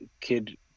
kid